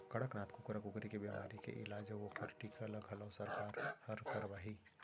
कड़कनाथ कुकरा कुकरी के बेमारी के इलाज अउ ओकर टीका ल घलौ सरकार हर करवाही